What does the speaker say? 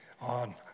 on